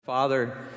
Father